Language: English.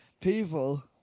people